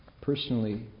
personally